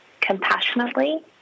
compassionately